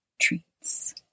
treats